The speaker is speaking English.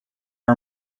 are